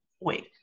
wait